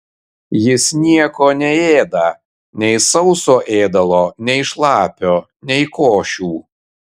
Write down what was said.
jis nieko neėda nei sauso ėdalo nei šlapio nei košių